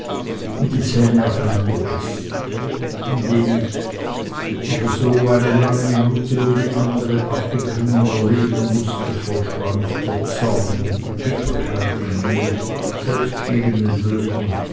und die zähne aufeinanderbiß indem ich aber so eine lange minute um die andere abwickeln und erleben mußte verschwand der zorn und die bitterkeit in mir selbst gegen den löwen